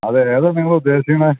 അത് ഏതാണ് നിങ്ങളുദ്ദേശിക്കുന്നത്